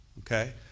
Okay